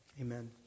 Amen